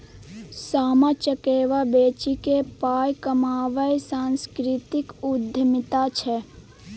सामा चकेबा बेचिकेँ पाय कमायब सांस्कृतिक उद्यमिता छै